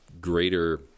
greater